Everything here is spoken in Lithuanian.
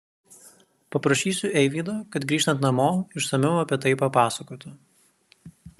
paprašysiu eivydo kad grįžtant namo išsamiau apie tai papasakotų